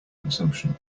consumption